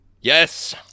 yes